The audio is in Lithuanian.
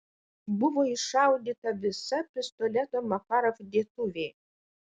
buvo iššaudyta visa pistoleto makarov dėtuvė